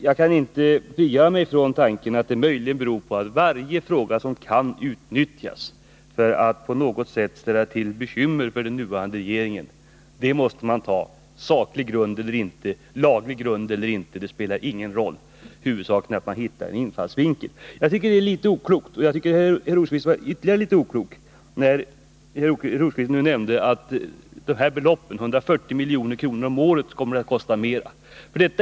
Jag kan inte frigöra mig från tanken, att det möjligen beror på att man försöker ta fasta på varje möjlighet att ställa till bekymmer för regeringen — om man har saklig eller laglig grund för detta spelar ingen roll, huvudsaken är att man hittar en infallsvinkel. Jag tycker det sättet att agera är litet oklokt. Det var också oklokt av herr Rosqvist att nämna beloppet 140 milj.kr. om året, som OKG skulle komma att åsamkas i ökade kostnader.